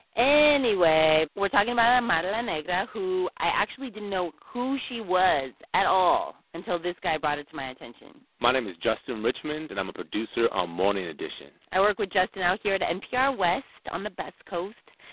anyway, we're talking about amara la negra who i actually didn't know who she was at all until this guy brought it to my attention my name is justin richmond. and i'm a producer on morning edition i work with justin out here at npr west on the best coast.